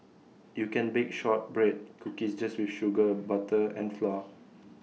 you can bake Shortbread Cookies just with sugar butter and flour